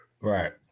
right